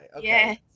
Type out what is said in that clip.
Yes